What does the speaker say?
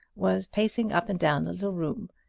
was pacing up and down the little room.